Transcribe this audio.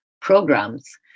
programs